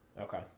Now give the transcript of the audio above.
Okay